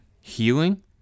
healing